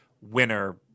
winner